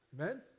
Amen